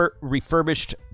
refurbished